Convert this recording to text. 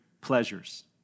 pleasures